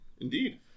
Indeed